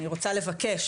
רוצה לבקש,